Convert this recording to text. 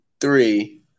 three